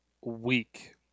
week